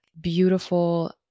beautiful